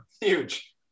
Huge